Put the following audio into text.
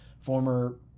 former